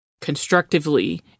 constructively